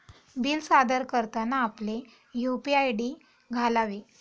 bill सादर करताना आपले यू.पी.आय आय.डी घालावे